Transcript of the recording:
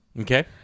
okay